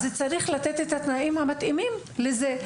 אז צריך לתת את התנאים המתאימים לזה.